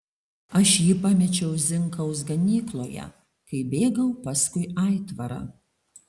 aš jį pamečiau zinkaus ganykloje kai bėgau paskui aitvarą